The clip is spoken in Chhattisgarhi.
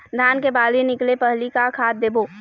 धान के बाली निकले पहली का खाद देबो?